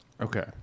Okay